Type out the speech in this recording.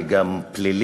היא גם פלילית,